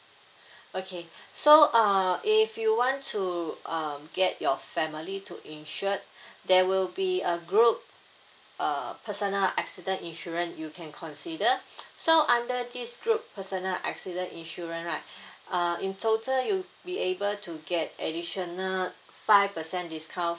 okay so uh if you want to um get your family to insured there will be a group uh personal accident insurance you can consider so under this group personal accident insurance right uh in total you'd be able to get additional five percent discount